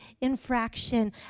infraction